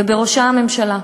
ובראשם הממשלה,